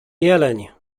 jeleń